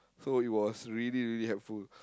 so it was really really helpful